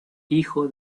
hijo